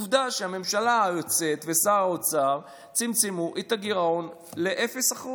עובדה שהממשלה היוצאת ושר האוצר צמצמו את הגירעון ל-0%.